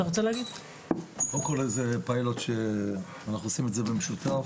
קודם כל זה פיילוט שאנחנו עושים במשותף,